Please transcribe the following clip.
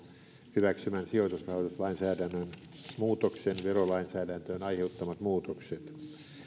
hyväksymän sijoitusrahoituslainsäädännön muutoksen verolainsäädäntöön aiheuttamat muutokset